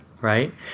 right